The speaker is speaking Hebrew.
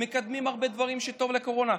מקדמים הרבה דברים טובים לקורונה,